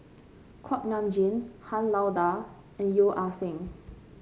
Kuak Nam Jin Han Lao Da and Yeo Ah Seng